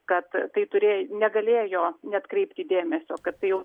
kad tai turėj negalėjo neatkreipti dėmesio kad tai jau